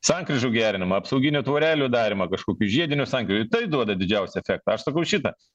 sankryžų gerinimą apsauginių tvorelių darymą kažkokių žiedinių sankryžų tai duoda didžiausią efektą aš sakau šita